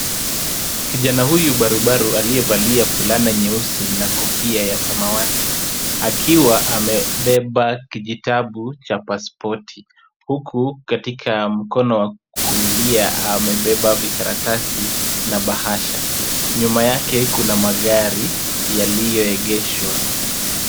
Kijana huyu barobaro aliyevalia fulana nyeusi na kofia ya samawati akiwa amebeba kijitabu cha pasipoti huku katika mkono wa kulia amebeba vikaratasi na bahasha. Nyuma yake kuna magari yaliyoegeshwa.